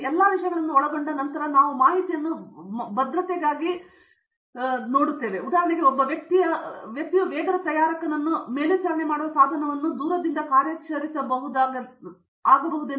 ಈ ಎಲ್ಲಾ ವಿಷಯಗಳನ್ನು ಒಳಗೊಂಡ ನಂತರ ನಾವು ಮಾಹಿತಿ ಭದ್ರತೆಯಾಗಿ ಕರೆಯುತ್ತೇವೆ ಉದಾಹರಣೆಗೆ ಒಬ್ಬ ವ್ಯಕ್ತಿಯ ವೇಗದ ತಯಾರಕನನ್ನು ಮೇಲ್ವಿಚಾರಣೆ ಮಾಡುವ ಸಾಧನವನ್ನು ದೂರದಿಂದ ಕಾರ್ಯಾಚರಿಸಬಹುದಾದ ಸಾಧನದಿಂದ ಮಾಡಲಾಗುತ್ತದೆ